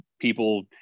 people